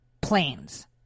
planes